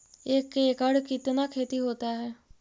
एक एकड़ कितना खेति होता है?